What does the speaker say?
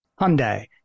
Hyundai